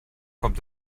kommt